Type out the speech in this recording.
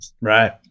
right